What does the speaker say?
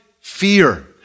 fear